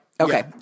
Okay